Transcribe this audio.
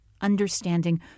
understanding